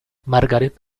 margaret